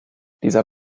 dieser